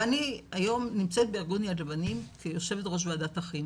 ואני היום נמצאת בארגון יד לבנים כיו"ר ועדת אחים,